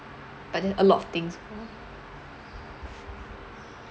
but then a lot of things